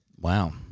Wow